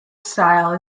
style